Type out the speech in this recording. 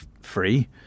free